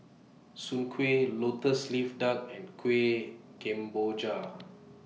Soon Kueh Lotus Leaf Duck and Kueh Kemboja